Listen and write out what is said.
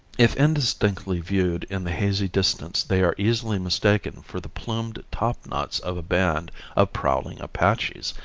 if indistinctly viewed in the hazy distance they are easily mistaken for the plumed topknots of a band of prowling apaches,